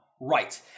Right